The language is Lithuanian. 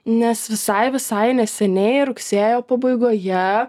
nes visai visai neseniai rugsėjo pabaigoje